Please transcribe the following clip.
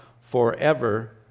forever